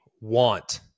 want